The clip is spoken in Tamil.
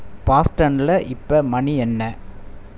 பாஸ்டன்ல இப்போ மணி என்ன